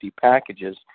packages